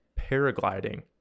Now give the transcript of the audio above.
paragliding